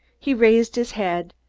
he raised his head,